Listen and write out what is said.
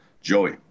Joey